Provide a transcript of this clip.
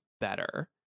better